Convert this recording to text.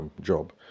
job